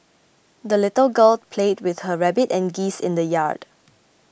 the little girl played with her rabbit and geese in the yard